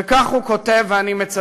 וכך הוא כותב, ואני מצטט: